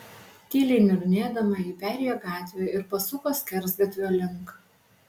tyliai niurnėdama ji perėjo gatvę ir pasuko skersgatvio link